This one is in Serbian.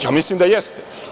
Ja mislim da jeste.